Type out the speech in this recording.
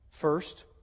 First